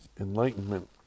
enlightenment